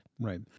Right